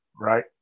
right